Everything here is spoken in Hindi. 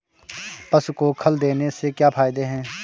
पशु को खल देने से क्या फायदे हैं?